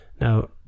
Now